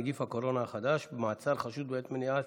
נגיף הקורונה החדש) (מעצר חשוד בעת מניעה